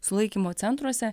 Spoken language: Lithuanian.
sulaikymo centruose